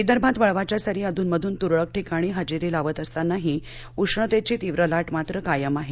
विदर्भातवळवाच्या सरी अधून मधून तुरळक ठिकाणी हजेरी लावत असतानाही उष्णतेची तीव्र लाट कायम आहे